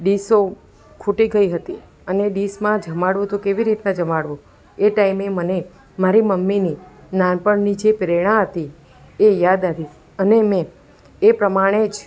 ડીશો ખૂટી ગઈ હતી અને ડીશમાં જમાડવું તો કેવી રીતના જમાડવું એ ટાઈમે મને મારી મમ્મીની નાનપણની જે પ્રેરણા હતી એ યાદ હતી અને મેં એ પ્રમાણે જ